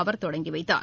அவர் தொடங்கி வைத்தார்